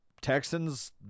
Texans